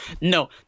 No